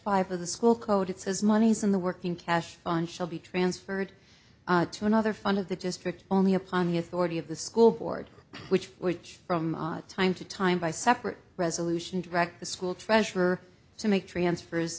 five of the school code it says monies in the working cash on shall be transferred to another fun of the just picked only upon the authority of the school board which which from time to time by separate resolution direct the school treasurer to make transfers